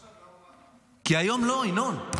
גם עכשיו, למה מה --- כי היום לא, ינון.